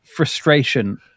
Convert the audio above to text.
frustration